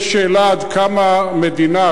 יש שאלה עד כמה המדינה,